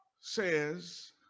says